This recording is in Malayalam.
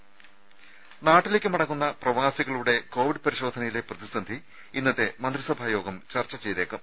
ദരര നാട്ടിലേക്ക് മടങ്ങുന്ന പ്രവാസികളുടെ കോവിഡ് പരിശോധനയിലെ പ്രതിസന്ധി ഇന്നത്തെ മന്ത്രിസഭാ യോഗം ചർച്ച ചെയ്തേക്കും